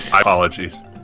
Apologies